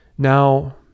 Now